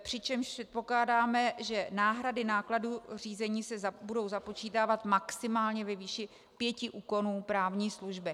Přičemž předpokládáme, že náhrady nákladů řízení se budou započítávat maximálně ve výši pěti úkonů právní služby.